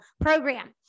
program